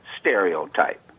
stereotype